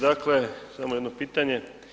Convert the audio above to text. Dakle, samo jedno pitanje.